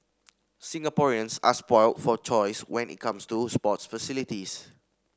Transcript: Singaporeans are spoilt for choice when it comes to sports facilities